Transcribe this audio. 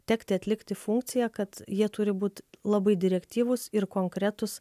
tekti atlikti funkciją kad jie turi būt labai direktyvūs ir konkretūs